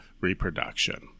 reproduction